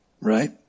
Right